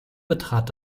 betrat